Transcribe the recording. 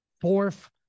fourth